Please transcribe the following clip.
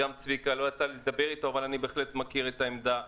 עם צביקה לא יצא לי לדבר אבל אני בהחלט מכיר את העמדה.